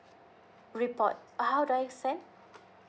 report uh how do I send